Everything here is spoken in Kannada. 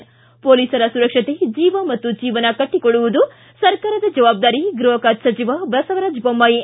ಿ ಮೊಲೀಸರ ಸುರಕ್ಷತೆ ಜೀವ ಮತ್ತು ಜೀವನ ಕಟ್ಟಿಕೊಡುವುದು ಸರ್ಕಾರದ ಜವಾಬ್ದಾರಿ ಗೃಹ ಖಾತೆ ಸಚಿವ ಬಸವರಾಜ್ ಬೊಮ್ಮಾಯಿ